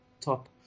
top